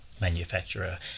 manufacturer